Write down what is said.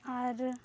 ᱟᱨ